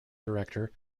director